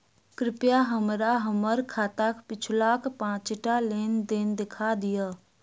कृपया हमरा हम्मर खाताक पिछुलका पाँचटा लेन देन देखा दियऽ